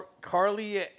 Carly